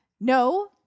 No